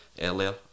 earlier